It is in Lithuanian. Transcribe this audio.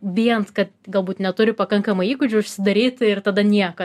bijant kad galbūt neturi pakankamai įgūdžių užsidaryt ir tada nieką